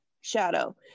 Shadow